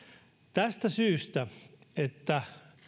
tästä syystä että